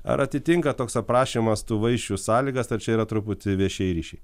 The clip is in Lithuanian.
ar atitinka toks aprašymas tų vaišių sąlygas ar čia yra truputį viešieji ryšiai